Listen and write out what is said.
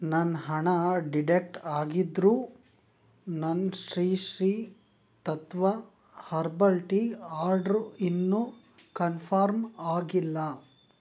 ನನ್ನ ಹಣ ಡಿಡೆಕ್ಟ್ ಆಗಿದ್ದರೂ ನನ್ನ Sri Sri Tattva herbal tea order ಇನ್ನೂ ಕನ್ಫರ್ಮ್ ಆಗಿಲ್ಲ